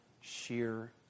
sheer